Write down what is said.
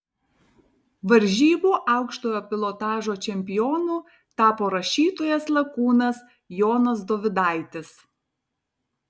varžybų aukštojo pilotažo čempionu tapo rašytojas lakūnas jonas dovydaitis